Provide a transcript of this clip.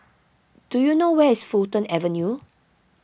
do you know where is Fulton Avenue